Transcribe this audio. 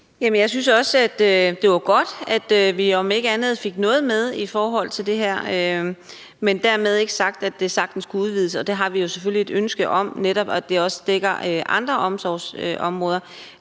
jeg synes også, det var godt, at vi – om ikke andet – fik noget med om det her. Men dermed ikke sagt, at det ikke sagtens kunne udvides, og det har vi jo selvfølgelig et ønske om, altså netop at det også dækker andre omsorgsområder,